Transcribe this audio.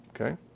Okay